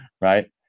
right